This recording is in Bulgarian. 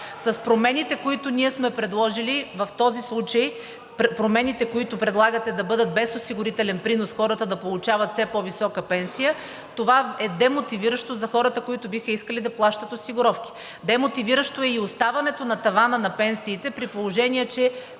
С промените, които ние сме предложили в този случай, промените, които предлагате да бъдат без осигурителен принос, хората да получават все по-висока пенсия, това е демотивиращо за хората, които биха искали да плащат осигуровки. Демотивиращо е и оставането на тавана на пенсиите, при положение че